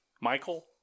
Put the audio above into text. Michael